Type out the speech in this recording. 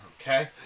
Okay